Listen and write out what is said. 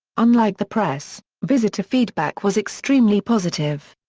unlike the press, visitor feedback was extremely positive.